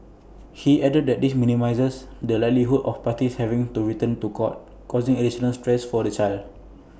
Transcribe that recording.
he added that this minimises the likelihood of parties having to return to court causing additional stress for the child